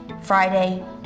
friday